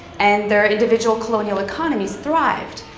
and their individual colonial economies thrived,